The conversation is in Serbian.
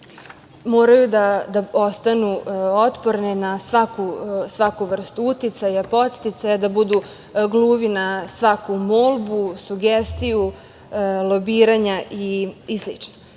moraju da ostanu otporne na svaku vrstu uticaja, podsticaja, da budu gluvi na svaku molbu, sugestiju, lobiranja i